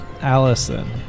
Allison